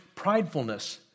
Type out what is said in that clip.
pridefulness